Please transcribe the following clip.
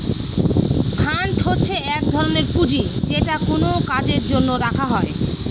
fund হচ্ছে এক ধরনের পুঁজি যেটা কোনো কাজের জন্য রাখা হয়